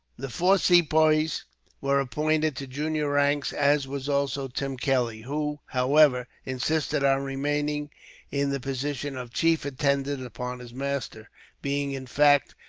the four sepoys were appointed to junior ranks, as was also tim kelly who, however, insisted on remaining in the position of chief attendant upon his master being, in fact,